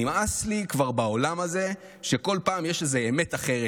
נמאס לי כבר בעולם הזה שכל פעם יש איזו אמת אחרת.